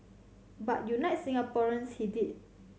but unite Singaporeans he did